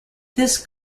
this